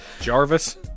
Jarvis